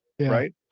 right